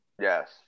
Yes